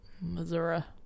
Missouri